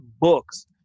books